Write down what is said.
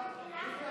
ההצעה